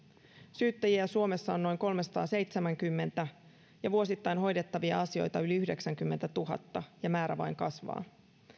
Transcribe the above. syyttäjiä suomessa on noin kolmesataaseitsemänkymmentä ja vuosittain hoidettavia asioita yli yhdeksänkymmentätuhatta ja määrä vain kasvaa